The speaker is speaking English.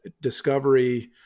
discovery